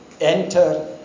enter